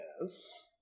yes